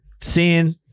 seeing